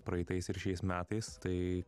praeitais ir šiais metais tai